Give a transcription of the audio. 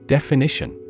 Definition